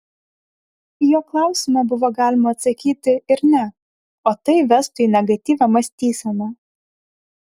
į jo klausimą buvo galima atsakyti ir ne o tai vestų į negatyvią mąstyseną